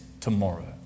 tomorrow